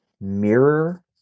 mirror